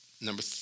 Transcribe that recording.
Number